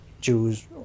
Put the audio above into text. Jews